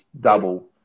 double